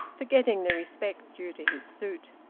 forgetting the respect due to his suit.